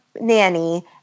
nanny